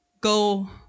go